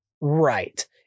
Right